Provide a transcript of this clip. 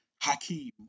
Hakeem